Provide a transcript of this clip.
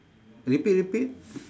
repeat repeat